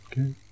okay